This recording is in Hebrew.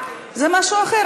זה משהו אחר.